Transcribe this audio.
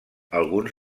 alguns